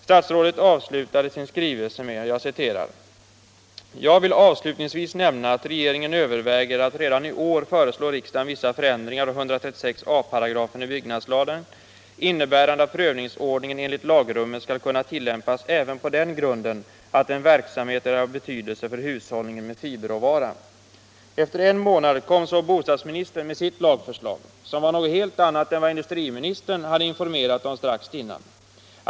Statsrådet avslutade sin skrivelse på följande sätt: ”Jag vill avslutningsvis nämna att regeringen överväger att redan i år föreslå riksdagen vissa förändringar av 136 a § i byggnadslagen innebärande att prövningsordningen enligt lagrummet skall kunna tillämpas även på den grunden att en verksamhet är av betydelse för hushållningen med fiberråvara.” Efter en månad kom så bostadsministern med sitt lagförslag, som var något helt annat än vad industriministern hade informerat om strax innan.